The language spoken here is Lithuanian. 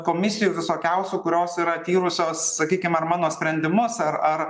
komisijų visokiausių kurios yra tyrusios sakykim ar mano sprendimus ar ar